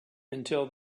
until